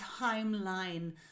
timeline